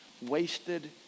wasted